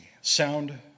sound